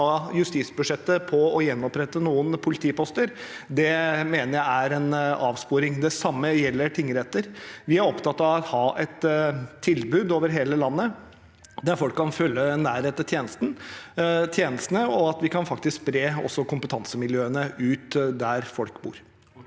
av justisbudsjettet på å gjenopprette noen politiposter, mener jeg er en avsporing. Det samme gjelder tingrettene. Vi er opptatt av å ha et tilbud over hele landet, slik at folk kan føle nærhet til tjenestene, og slik at vi kan spre kompetansemiljøene ut til der folk bor.